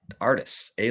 artists